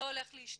זה הולך להשתנות.